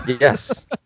Yes